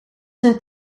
zijn